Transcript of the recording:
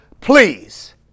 please